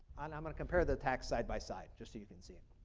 and i'm going to compare the attacks side-by-side just so you can see it.